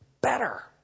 better